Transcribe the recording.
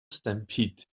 stampede